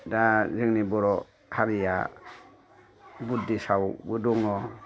दा जोंनि बर' हारिया बुदधिसआवबो दङ